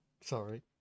Sorry